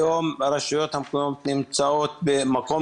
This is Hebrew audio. היום הרשויות המקומיות נמצאות במקום